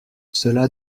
cela